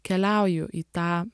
keliauju į tą